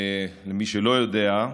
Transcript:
מי שלא יודע,